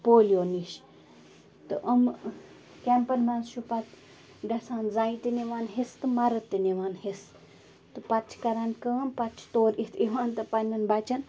polio نِش تہٕ یِمہٕ کٮ۪مپَن منٛز چھُ پَتہٕ گژھان زَنہِ تہِ نِوان حصہٕ تہِ مرد تہِ نِوان حصہٕ تہٕ پَتہٕ چھِ کران کٲم پَتہٕ چھِ تورٕ یِتھ یِوان تہٕ پنٛنٮ۪ن بَچَن